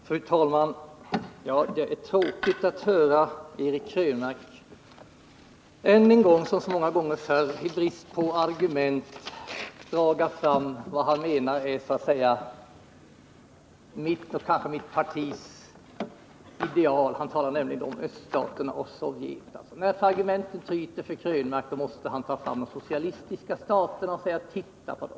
Fru talman! Det är tråkigt att höra Eric Krönmark än en gång — som så många gånger förr — i brist på argument dra fram vad han tror är mitt och kanske mitt partis ideal. Han talar nämligen om öststaterna och Sovjet. När argumenten tryter för Eric Krönmark så tar han upp frågan om de socialistiska staterna och hänvisar till hur det är där.